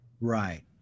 Right